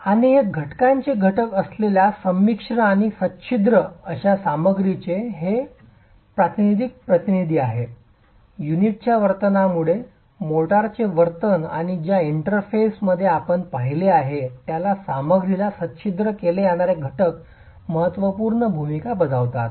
आणि हे घटकांचे घटक असलेल्या संमिश्र आणि सच्छिद्र अशा सामग्रीचे हे प्रातिनिधिक प्रतिनिधी आहे युनिटच्या वर्तनामुळे मोर्टारचे वर्तन आणि ज्या इंटरफेसद्वारे आपण पाहिले आहे त्या सामग्रीला सच्छिद्र केले जाणारे घटक महत्त्वपूर्ण भूमिका बजावतात